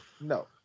No